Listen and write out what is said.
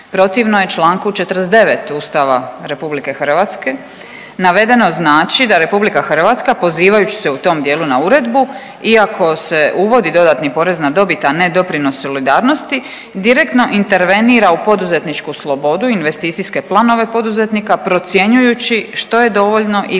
protivno je čl. 49. Ustava RH. Navedeno znači da RH pozivajući se u tom dijelu na uredbu iako se uvodi dodatni porez na dobit, a ne doprinos solidarnosti, direktno intervenira u poduzetničku slobodu i investicijske planove poduzetnika procjenjujući što je dovoljno ili